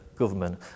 government